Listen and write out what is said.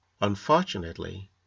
Unfortunately